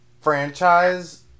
franchise